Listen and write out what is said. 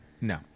No